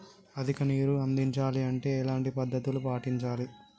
అధిక నీరు అందించాలి అంటే ఎలాంటి పద్ధతులు పాటించాలి?